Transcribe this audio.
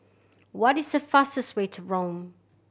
what is the fastest way to Rome